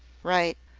right.